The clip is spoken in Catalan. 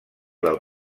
del